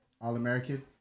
All-American